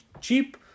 cheap